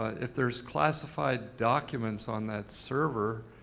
ah if there's classified documents on that server,